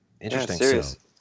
Interesting